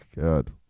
God